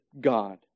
God